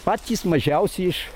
patys mažiausi iš